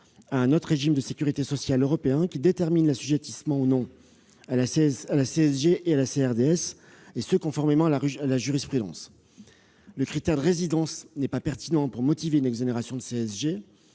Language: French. à un autre régime de sécurité sociale européen qui détermine l'assujettissement ou non à la CSG et à la CRDS, conformément à la jurisprudence. Le critère de résidence n'est pas pertinent pour motiver une exonération de CSG.